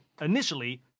initially